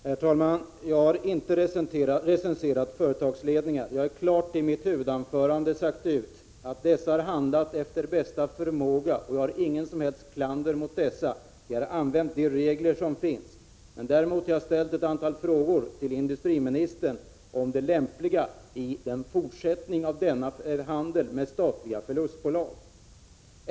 Herr talman! Jag har inte recenserat företagsledningar. Jag har i mitt huvudanförande klart sagt ut att dessa har handlat efter bästa förmåga. Jag har inget som helst klander att rikta mot företagsledningarna. De har utnyttjat de regler som finns. Däremot har jag ställt ett antal frågor till industriministern om det lämpliga i en fortsättning av handeln med statliga förlustbolag.